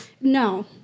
no